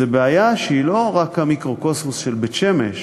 זו בעיה שהיא לא רק המיקרוקוסמוס של בית-שמש,